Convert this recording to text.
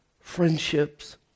friendships